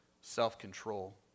self-control